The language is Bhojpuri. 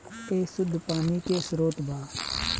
ए शुद्ध पानी के स्रोत बा